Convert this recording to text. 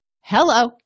hello